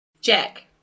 Jack